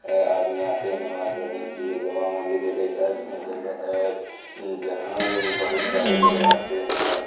آدمی آتے ہیں نماز پڑھنے کے لیے جامع مسجد ایک ایسا جگہ ہے جہاں بہت سارے لوگ آتے ہیں